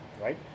right